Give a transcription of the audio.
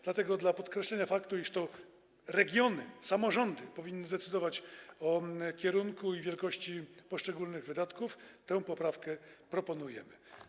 Dlatego dla podkreślenia faktu, iż to regiony, samorządy powinny decydować o kierunku i wielkości poszczególnych wydatków, tę poprawkę proponujemy.